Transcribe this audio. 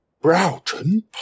Broughton